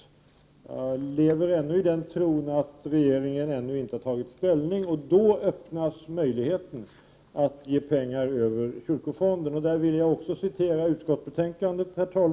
Jag lever dock ännu i den tron att regeringen inte har tagit ställning. Då öppnas möjligheten att ge pengar över kyrkofonden. Också där vill jag citera utskottsbetänkandet.